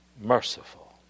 merciful